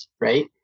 right